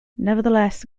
nevertheless